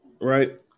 right